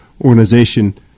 Organization